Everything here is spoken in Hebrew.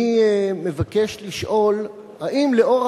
אני מבקש לשאול, האם לאור